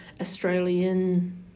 Australian